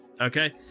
Okay